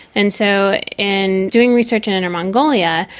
and so in doing research in inner mongolia,